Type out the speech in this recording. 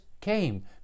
came